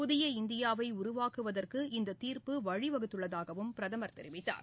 புதிய இந்தியாவைஉருவாக்குவதற்கு இந்ததீர்ப்பு வழிவகுத்துள்ளதாகவும் பிரதமர் தெரிவித்தார்